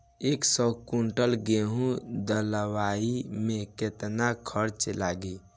एक सौ कुंटल गेहूं लदवाई में केतना खर्चा लागी?